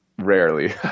Rarely